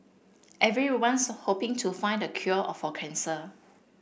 everyone's hoping to find the cure of a cancer